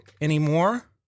anymore